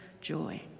joy